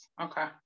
okay